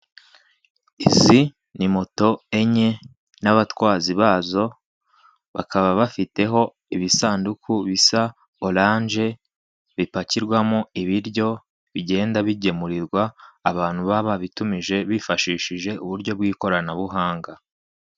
Izi ni moto enye n'abatwazi bazo, bakaba bafiteho ibisanduku bisa oranje, bipakirwamo ibiryo bigendwa bigemurirwa abantu baba babitumije bifashishije uburyo bw'ikoranabuhanga.